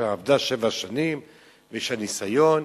שעבדה שבע שנים ויש לה ניסיון,